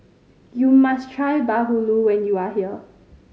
you must try bahulu when you are here